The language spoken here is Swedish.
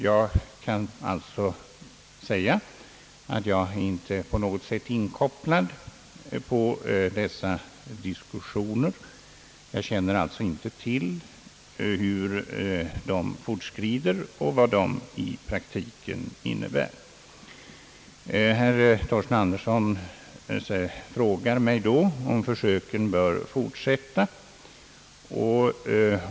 Jag kan säga, att jag inte på något sätt är inkopplad på dessa diskussioner. Jag känner alltså inte till hur de fortskrider och vad de i praktiken innebär. Herr Torsten Andersson frågar mig då om försöken bör fortsätta.